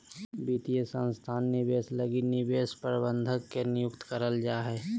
वित्तीय संस्थान निवेश लगी निवेश प्रबंधक के नियुक्ति करल जा हय